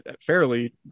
fairly